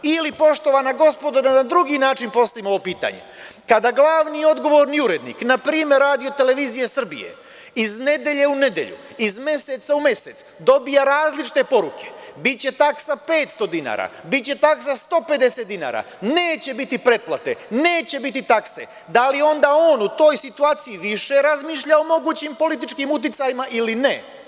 Ili, poštovana gospodo, da vam na drugi način postavim ovo pitanje, kada glavni i odgovorni urednik, na primer RTS-a, iz nedelje u nedelju, iz meseca u mesec, dobija različite poruke, biće taksa 500 dinara, biće taksa 150 dinara, neće biti pretplate, neće biti takse, da li onda on u toj situaciji više razmišlja o mogućim političkim uticajima, ili ne?